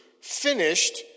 finished